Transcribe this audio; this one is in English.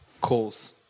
calls